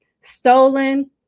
stolen